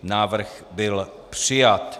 Návrh byl přijat.